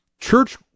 Church